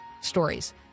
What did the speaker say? stories